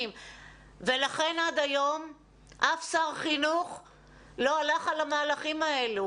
ולכן עד היום אף שר חינוך לא הלך על המהלכים האלה,